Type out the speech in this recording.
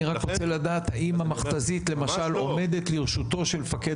אני רק רוצה לדעת האם למשל המכת"זית עומדת לרשותו של מפקד